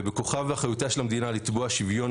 ובכוחה ובאחריותה של המדינה לתבוע שוויון